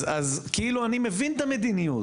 אז כאילו אני מבין את המדיניות,